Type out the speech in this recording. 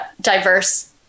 diverse